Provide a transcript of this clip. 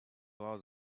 laws